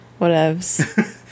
Whatevs